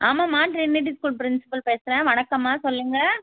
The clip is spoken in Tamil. ஆமாம்மா ட்ரினிட்டி ஸ்கூல் ப்ரின்ஸ்பல் பேசுகிறேன் வணக்கம்மா சொல்லுங்கள்